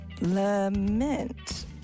Lament